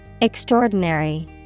Extraordinary